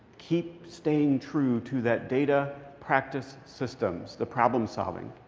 keep staying true to that data, practice, systems the problem-solving.